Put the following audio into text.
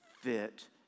fit